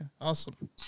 Awesome